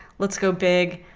let's go big.